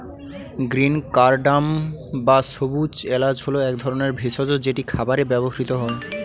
green cardamom বা সবুজ এলাচ হল এক ধরনের ভেষজ যেটি খাবারে ব্যবহৃত হয়